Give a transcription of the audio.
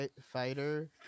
Fighter